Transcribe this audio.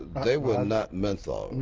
they were not menthols,